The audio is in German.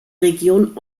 region